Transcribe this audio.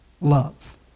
love